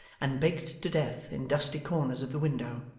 and baked to death in dusty corners of the window.